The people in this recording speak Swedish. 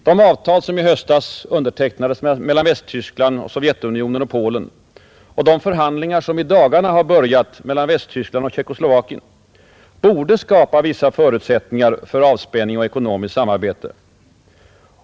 De avtal som i höstas undertecknades mellan Västtyskland, Sovjetunionen och Polen och de förhandlingar som i dagarna har börjat mellan Västtyskland och Tjeckoslovakien borde skapa vissa förutsättningar för avspänning och ekonomiskt samarbete.